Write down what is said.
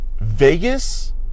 Vegas